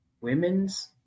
Women's